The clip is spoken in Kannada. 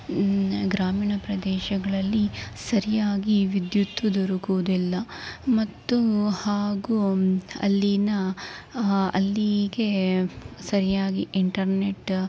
ಗ್ರಾಮೀಣ ಪ್ರದೇಶಗಳಲ್ಲಿ ಸರಿಯಾಗಿ ವಿದ್ಯುತ್ತು ದೊರಕುವುದಿಲ್ಲ ಮತ್ತು ಹಾಗೂ ಅಲ್ಲಿನ ಅಲ್ಲಿಗೆ ಸರಿಯಾಗಿ ಇಂಟರ್ನೆಟ್ಟ